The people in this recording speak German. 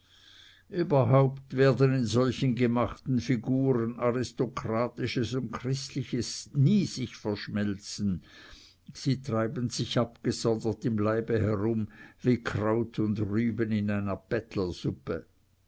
überhaupt werden in solchen gemachten figuren aristokratisches und christliches nie sich verschmelzen sie treiben sich abgesondert im leibe herum wie kraut und rüben in einer